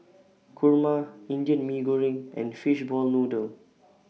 Kurma Indian Mee Goreng and Fishball Noodle